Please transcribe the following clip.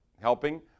helping